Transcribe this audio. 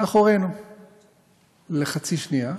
לחצי שנייה.